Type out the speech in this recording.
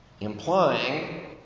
Implying